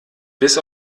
bis